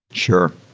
sure.